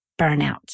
burnout